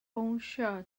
bownsio